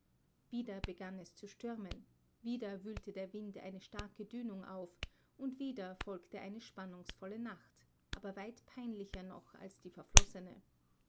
wieder begann es zu stürmen wieder wühlte der wind eine starke dünung auf und wieder folgte eine spannungsvolle nacht aber weit peinlicher noch als die verflossene